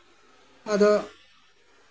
ᱟᱫᱚ